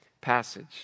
passage